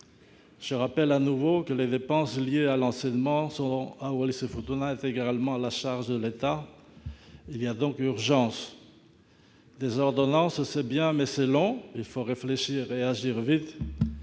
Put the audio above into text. Je rappelle de nouveau que les dépenses liées à l'enseignement seront à Wallis-et-Futuna intégralement à la charge de l'État. Il y a donc urgence ! Des ordonnances, c'est bien, mais c'est long. Il faut réfléchir et agir vite.